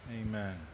Amen